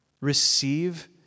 receive